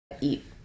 eat